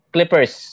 Clippers